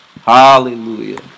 Hallelujah